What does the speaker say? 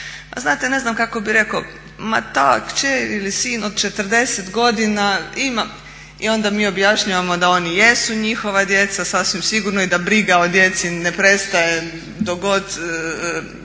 znate ne znam kako bi rekao, ma ta kćer ili sin od 40 godina ima i onda mi objašnjavamo da oni jesu njihova djeca sasvim sigurno i da briga o djeci ne prestaje do god